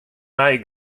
nije